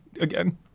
again